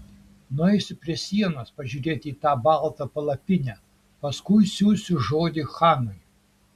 nueisiu prie sienos pažiūrėti į tą baltą palapinę paskui siųsiu žodį chanui